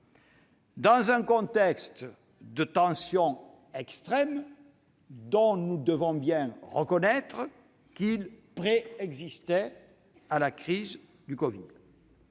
dans un contexte de tension extrême, qui- nous devons bien le reconnaître -préexistait à la crise du covid.